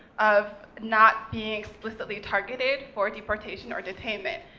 of not being explicitly targeted for deportation or detainment,